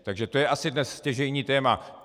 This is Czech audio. Takže to je asi dnes stěžejní téma.